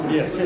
Yes